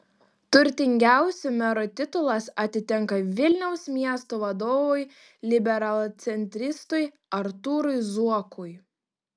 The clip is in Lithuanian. turtingiausio mero titulas atitenka vilniaus miesto vadovui liberalcentristui artūrui zuokui